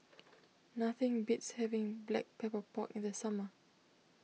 nothing beats having Black Pepper Pork in the summer